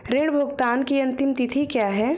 ऋण भुगतान की अंतिम तिथि क्या है?